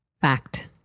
Fact